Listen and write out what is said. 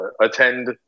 attend